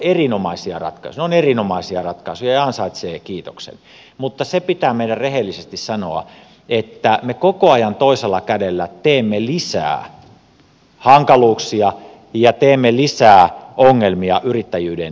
ne ovat erinomaisia ratkaisuja ja ansaitsevat kiitoksen mutta se meidän pitää rehellisesti sanoa että me koko ajan toisella kädellä teemme lisää hankaluuksia ja teemme lisää ongelmia yrittäjyyden tielle